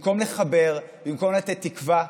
במקום לחבר, במקום לתת תקווה,